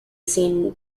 seen